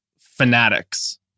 fanatics